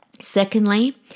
Secondly